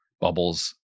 bubbles